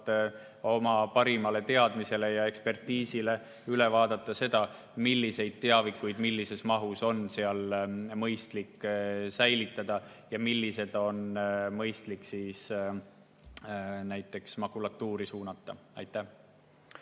oma parimale teadmisele ja ekspertiisile üle vaadata seda, milliseid teavikuid millises mahus on seal mõistlik säilitada ja millised on mõistlik näiteks makulatuuri suunata. Aitäh!